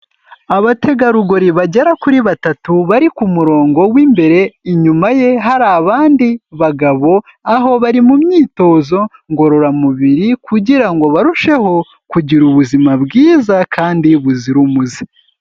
Abategarugori bagera kuri batatu bari ku murongo w'imbere, inyuma ye hari abandi bagabo, aho bari mu myitozo ngororamubiri kugira ngo barusheho kugira ubuzima bwiza kandi buzira umuze.